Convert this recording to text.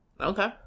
Okay